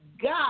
God